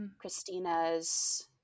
christina's